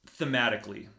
thematically